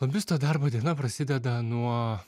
lobisto darbo diena prasideda nuo